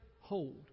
hold